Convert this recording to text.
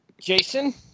Jason